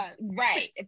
right